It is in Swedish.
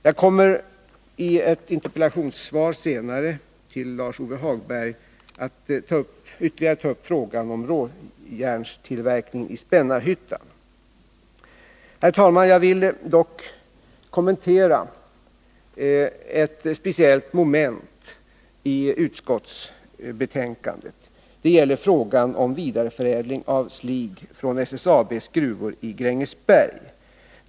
Jag kommer senare i ett interpellationssvar till Lars-Ove Hagberg att ytterligare ta upp frågan om råjärnstillverkningen i Spännarhyttan. Herr talman! Jag vill dock kommentera ett speciellt moment i utskottsbetänkandet. Det gäller frågan om vidareförädling av slig från SSAB:s gruvor i Grängesberg.